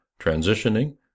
transitioning